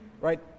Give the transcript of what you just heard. right